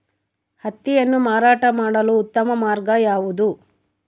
ಹತ್ತಿಯನ್ನು ಮಾರಾಟ ಮಾಡಲು ಉತ್ತಮ ಮಾರ್ಗ ಯಾವುದು?